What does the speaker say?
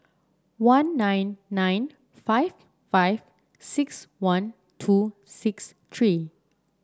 one nine nine five five six one two six three